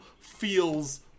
feels